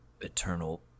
eternal